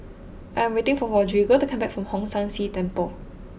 I am waiting for Rodrigo to come back from Hong San See Temple